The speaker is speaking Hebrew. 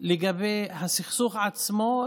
הסכסוך עצמו,